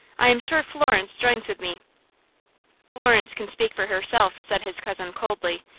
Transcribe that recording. i am sure florence joins with me florence can speak for herself, said his cousin, coldly.